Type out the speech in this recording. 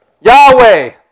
Yahweh